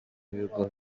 ibigo